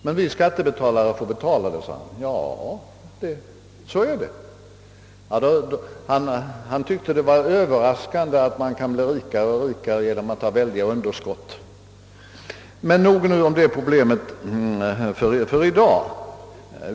Och vi skattebetalare får betala? frågade han. Ja, sade jag, så är det. Han tyckte det var överraskande att man kan bli rikare och rikare genom att att ha väldiga underskott. Men nog om detta problem för i dag.